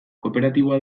kooperatiboa